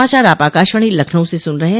यह समाचार आप आकाशवाणी लखनऊ से सुन रहे हैं